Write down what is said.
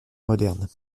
modernes